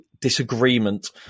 disagreement